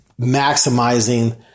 maximizing